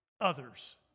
others